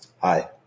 Hi